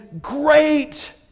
great